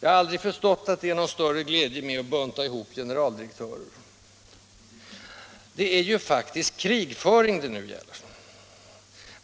Jag har aldrig förstått att det är någon större glädje med att bunta ihop generaldirektörer. Det är ju faktiskt krigföring det nu gäller.